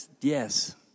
yes